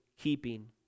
keeping